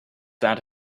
that